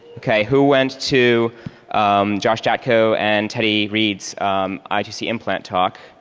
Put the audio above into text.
ok, who went to josh jatko and teddy reed's itc implant talk?